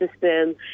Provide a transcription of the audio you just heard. system